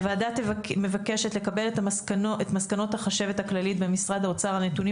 הוועדה מבקשת לקבל את מסקנות החשבת הכללית במשרד האוצר על נתונים